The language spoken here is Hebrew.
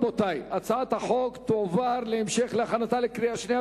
הצעת החוק תועבר להכנתה לקריאה שנייה